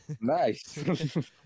Nice